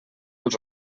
els